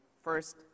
first